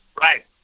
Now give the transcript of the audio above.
Right